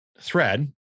thread